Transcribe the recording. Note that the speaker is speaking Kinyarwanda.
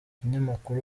umunyamakuru